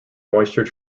moisture